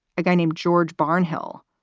a guy named george barnhill.